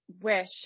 Wish